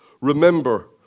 Remember